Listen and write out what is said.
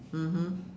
mmhmm